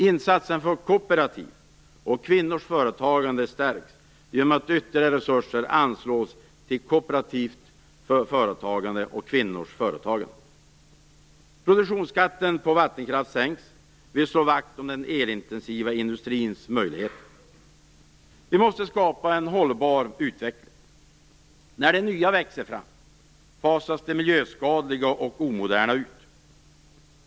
Insatserna för kooperativ och kvinnors företagande stärks genom att ytterligare resurser anslås till kooperativt företagande och kvinnors företagande. Produktionsskatten på vattenkraft sänks. Vi slår vakt om den elintensiva industrins möjligheter. Vi måste skapa en hållbar utveckling. När det nya växer fram fasas det miljöskadliga och omoderna ut.